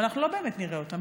אבל אנחנו לא באמת נראה אותם.